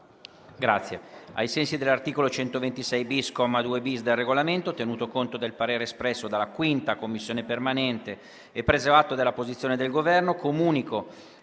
Grazie